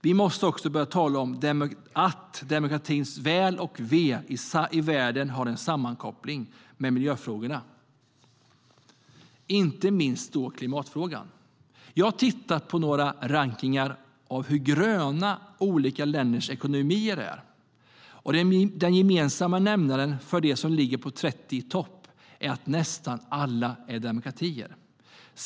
Vi måste också börja tala om att demokratins väl och ve i världen är sammankopplat med miljöfrågorna, inte minst klimatfrågan. Jag har tittat på några rankningar av hur gröna olika länders ekonomier är. Den gemensamma nämnaren för de länder som ligger på 30-i-topp är att nästan alla är demokratier.